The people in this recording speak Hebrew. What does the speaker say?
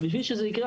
ובשביל שזה יקרה,